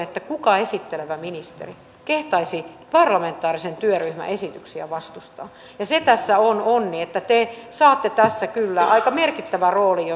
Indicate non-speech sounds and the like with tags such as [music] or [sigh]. kukaan esittelevä ministeri ei kehtaisi parlamentaarisen työryhmän esityksiä vastustaa ja se tässä on onni että te saatte tässä kyllä aika merkittävän roolin [unintelligible]